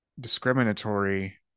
discriminatory